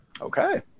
Okay